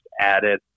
added